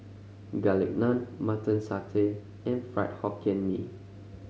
Garlic Naan Mutton Satay and Fried Hokkien Mee